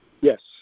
yes